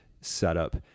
setup